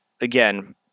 again